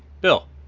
Bill